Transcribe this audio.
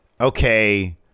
Okay